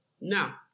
Now